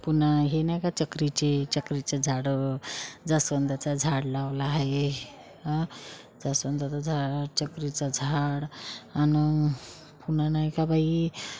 पुन्हा हे नाही का चक्रीचे चक्रीचं झाडं जास्वंदाचं झाड लावलं आहे हं जास्वंदाचं झाड चक्रीचं झाड आणि पुन्हा नाही का बाई